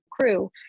Crew